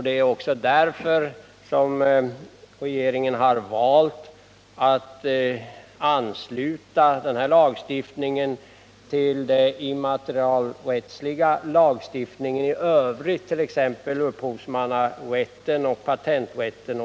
Det är också därför som regeringen har valt att ansluta denna lagstiftning till den immaterialrättsliga lagstiftningen i övrigt, t.ex. beträffande upphovsmannarätten och patenträtten.